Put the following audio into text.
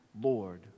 Lord